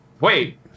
Wait